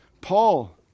Paul